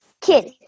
kid